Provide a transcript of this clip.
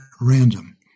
random